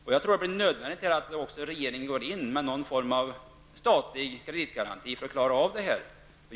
Jag tror att det blir nödvändigt att regeringen går in med någon form av statlig kreditgaranti för att klara detta.